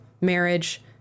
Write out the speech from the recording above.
marriage